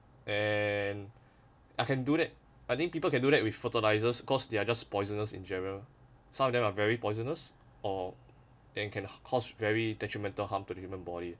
and I can do that I think people can do that with fertilisers cause they are just poisonous in general some of them are very poisonous or then can cost very detrimental harm to human body